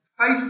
Faith